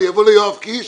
אני אבוא ליואב קיש,